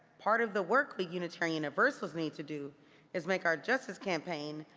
part of the work we unitarian universalists need to do is make our justice campaign,